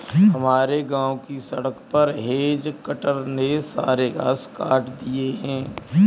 हमारे गांव की सड़क पर हेज कटर ने सारे घास काट दिए हैं